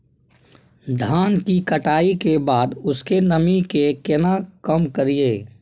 धान की कटाई के बाद उसके नमी के केना कम करियै?